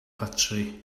ffatri